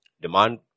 Demand